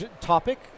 topic